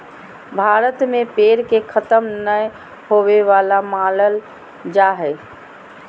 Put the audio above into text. भारत में पेड़ के खतम नय होवे वाला मानल जा हइ